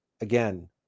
again